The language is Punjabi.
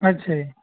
ਅੱਛਾ ਜੀ